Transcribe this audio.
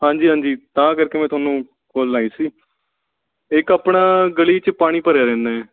ਹਾਂਜੀ ਹਾਂਜੀ ਤਾਂ ਕਰਕੇ ਮੈਂ ਤੁਹਾਨੂੰ ਕਾਲ ਲਾਈ ਸੀ ਇੱਕ ਆਪਣਾ ਗਲੀ 'ਚ ਪਾਣੀ ਭਰਿਆ ਰਹਿੰਦਾ ਹੈ